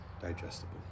digestible